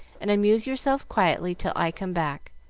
and amuse yourself quietly till i come back.